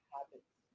Habits